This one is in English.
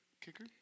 kicker